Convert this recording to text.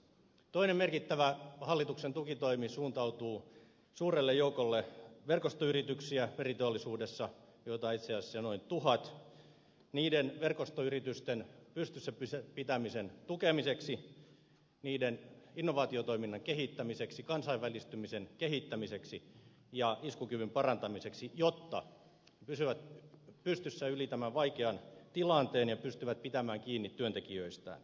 toinen merkittävä hallituksen tukitoimi suuntautuu suurelle joukolle verkostoyrityksiä meriteollisuudessa joita itse asiassa on noin tuhat niiden verkostoyritysten pystyssä pitämisen tukemiseksi niiden innovaatiotoiminnan kehittämiseksi kansainvälistymisen kehittämiseksi ja iskukyvyn parantamiseksi jotta ne pysyvät pystyssä yli tämän vaikean tilanteen ja pystyvät pitämään kiinni työntekijöistään